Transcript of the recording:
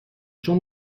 چون